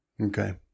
Okay